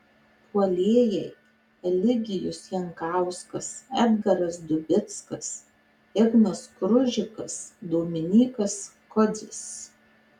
puolėjai eligijus jankauskas edgaras dubickas ignas kružikas dominykas kodzis